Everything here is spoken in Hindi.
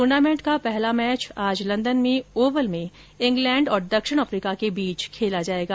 टूर्नामेंट का पहला मैच आज लंदन में ओवल में इंग्लैंड और दक्षिण अफ्रीका के बीच खेला जाएगा